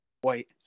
white